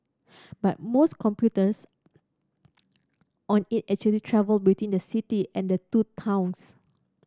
but most commuters on it actually travel between the city and the two towns